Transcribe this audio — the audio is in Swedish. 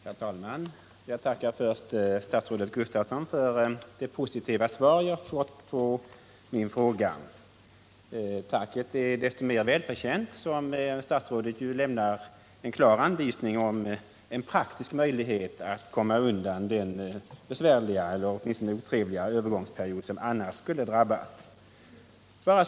Herr talman! Jag tackar först statsrådet Gustavsson för det positiva svar jag fått på min fråga. Tacket är desto mer välförtjänt som statsrådet lämnar en klar anvisning om en praktisk möjlighet att komma undan den besvärliga eller åtminstone otrevliga övergångsperiod som annars skulle drabba personalmatsalarna.